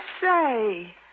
say